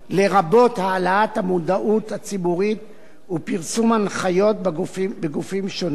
לרבות הגברת המודעות הציבורית ופרסום הנחיות בגופים שונים.